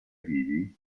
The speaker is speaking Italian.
vivi